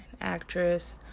actress